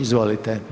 Izvolite.